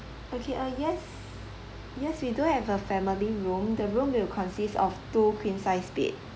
okay uh yes yes we do have a family room the room will consist of two queen size bed